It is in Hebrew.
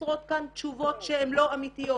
מוסרות תשובות שהן לא אמיתיות.